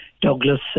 Douglas